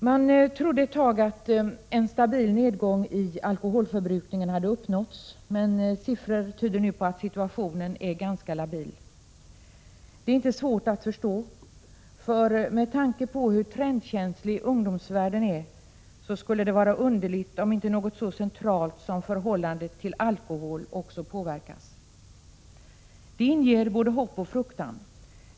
Man trodde ett tag att en stabil nedgång i alkoholförbrukningen hade uppnåtts, men siffror tyder nu på att situationen är ganska labil. Det är inte svårt att förstå. Med tanke på hur trendkänslig ungdomsvärlden är skulle det vara underligt om inte något så centralt som förhållandet till alkohol också påverkas. Det inger både hopp och fruktan.